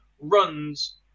runs